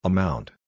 Amount